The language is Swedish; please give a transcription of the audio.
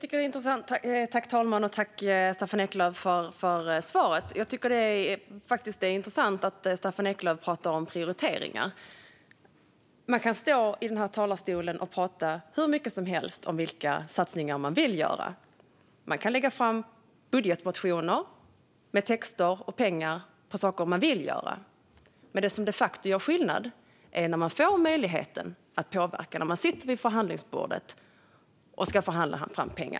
Fru talman! Det är intressant att Staffan Eklöf talar om prioriteringar. Man kan stå i talarstolen och prata hur mycket som helst om vilka satsningar man vill göra. Man kan lägga fram budgetmotioner med texter och pengar för saker man vill göra, men det som de facto gör skillnad är när man får möjligheten att påverka och sitter vid förhandlingsbordet och förhandlar fram pengar.